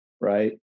right